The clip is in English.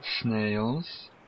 snails